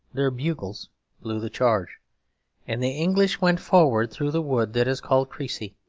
their bugles blew the charge and the english went forward through the wood that is called crecy,